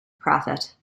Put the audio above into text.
prophet